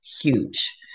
huge